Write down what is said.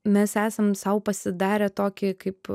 mes esam sau pasidarę tokį kaip